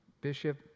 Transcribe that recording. Bishop